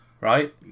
Right